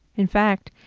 in fact,